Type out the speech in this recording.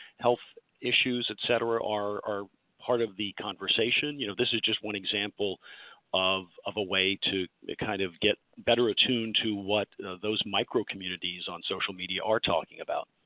health issues, etc. are part of the conversation. you know this is just one example of of a way to kind of get better attuned to what those micro communities on social media are talking about.